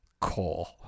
cool